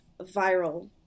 viral